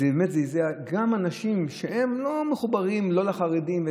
זה באמת זעזע גם אנשים שלא מחוברים לחרדים,